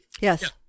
yes